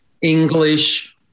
English